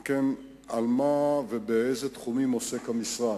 אם כן, על מה ובאיזה תחומים עוסק המשרד,